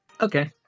Okay